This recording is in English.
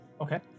Okay